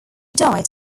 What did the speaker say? died